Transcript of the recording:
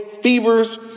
fevers